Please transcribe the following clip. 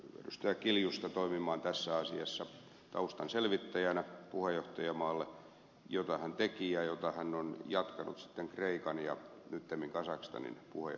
kiljusta toimimaan tässä asiassa taustan selvittäjänä puheenjohtajamaalle minkä hän teki ja mitä hän on jatkanut sitten kreikan ja nyttemmin kazakstanin puheenjohtajuuskausilla